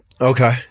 Okay